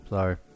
Sorry